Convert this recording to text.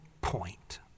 point